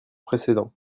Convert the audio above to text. précédent